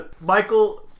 Michael